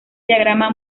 diagrama